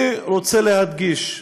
אני רוצה להדגיש,